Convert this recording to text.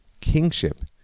kingship